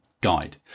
guide